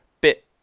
bit